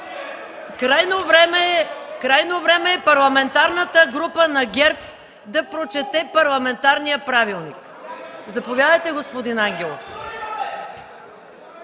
Крайно време е Парламентарната група на ГЕРБ да прочете парламентарния правилник. Заповядайте, господин Ангелов.